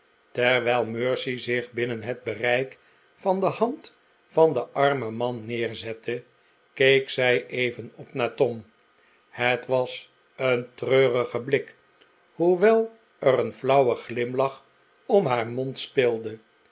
terwijl mercy zich binnen net taereik van de hand van den armen man neerzette keek zij even op naar tom het was een treurige blik hoewel er een flauwe glimlach om haar mond speelde